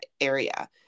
area